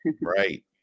right